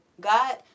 God